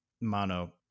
mono